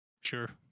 Sure